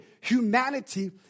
humanity